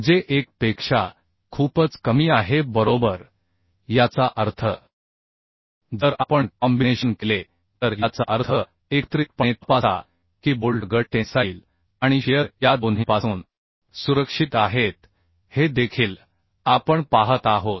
जे 1 पेक्षा खूपच कमी आहे बरोबर याचा अर्थ जर आपण कॉम्बिनेशन केले तर याचा अर्थ एकत्रितपणे तपासा की बोल्ट गट टेन्साईल आणि शिअर या दोन्हींपासून सुरक्षित आहेत हे देखील आपण पाहत आहोत